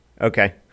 Okay